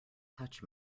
touch